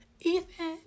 Ethan